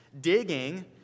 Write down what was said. digging